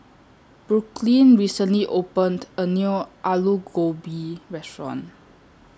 Brooklyn recently opened A New Alu Gobi Restaurant